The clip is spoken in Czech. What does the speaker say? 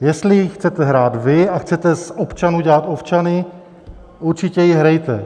Jestli ji chcete hrát vy a chcete z občanů dělat ovčany, určitě ji hrajte.